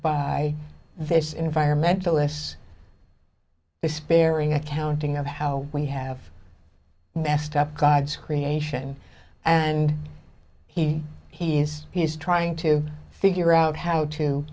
by this environmentalist's despairing accounting of how we have messed up god's creation and he he's he's trying to figure out how to